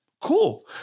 cool